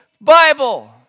Bible